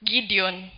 Gideon